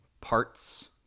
parts